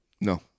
No